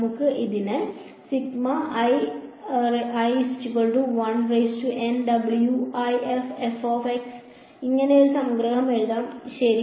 നമുക്ക് ഇത് ഇങ്ങനെ ഒരു സംഗ്രഹം എഴുതാം ശരി